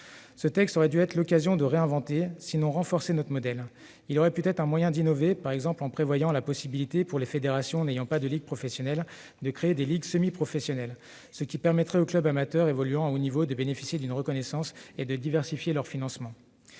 Ce texte aurait dû être l'occasion de réinventer, sinon de renforcer notre modèle. Il aurait pu être l'occasion d'innover, par exemple en prévoyant la possibilité pour les fédérations dépourvues de ligue professionnelle de créer des ligues semi-professionnelles. Une telle mesure permettrait aux clubs amateurs évoluant à haut niveau de bénéficier d'une reconnaissance et de diversifier leurs financements.